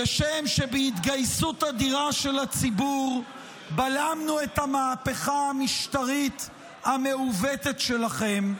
כשם שבהתגייסות אדירה של הציבור בלמנו את המהפכה המשטרית המעוותת שלכם,